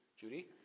Judy